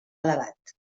elevat